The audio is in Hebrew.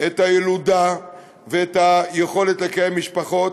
את הילודה ואת היכולת לקיים משפחות.